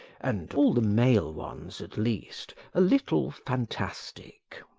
and all the male ones at least, a little fantastic.